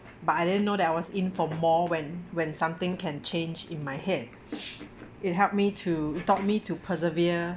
but I didn't know that I was in for more when when something can change in my head it helped me to it taught me to persevere